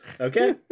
okay